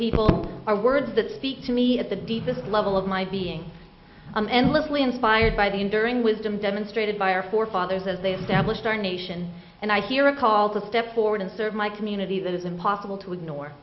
people are words that speak to me at the deepest level of my being i'm endlessly inspired by the enduring wisdom demonstrated by our forefathers as a devilish star nation and i hear a call to step forward and serve my community that is impossible to ignore